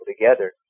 together